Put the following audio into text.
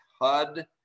HUD